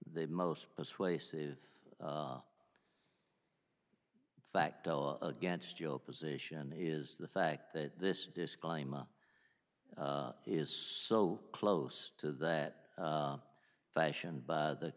the most persuasive fact against your position is the fact that this disclaimer is so close to that fashion by the